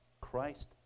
Christ